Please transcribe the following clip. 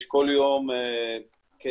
יש כל יום כ-20,22